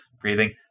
breathing